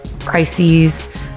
crises